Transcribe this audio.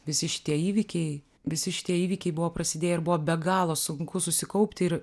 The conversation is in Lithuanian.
visi šitie įvykiai visi šitie įvykiai buvo prasidėję ir buvo be galo sunku susikaupti ir